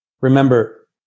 Remember